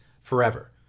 forever